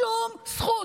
שום זכות,